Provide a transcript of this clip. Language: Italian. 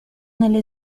nella